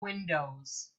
windows